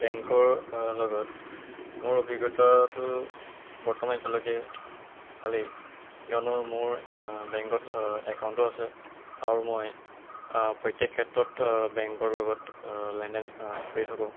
বেংকৰ লগত মোৰ অভিজ্ঞতাটো বৰ্তমান এতিয়ালৈকে ভালেই কিয়নো মোৰ বেংকত একাউণ্টো আছে আৰু মই প্ৰত্যেক ক্ষেত্ৰত বেংকৰ লগত লেনদেন কৰি থাকোঁ